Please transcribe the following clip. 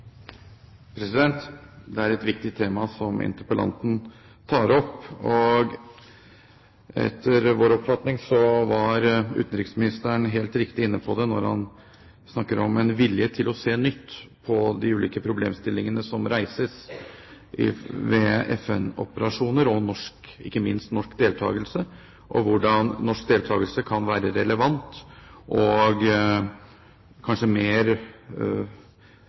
Det er et viktig tema som interpellanten tar opp. Etter vår oppfatning var utenriksministeren helt riktig inne på det når han snakker om en vilje til å se nytt på de ulike problemstillingene som reises ved FN-operasjoner, og ikke minst norsk deltakelse, og hvordan norsk deltakelse kan være relevant og kanskje mer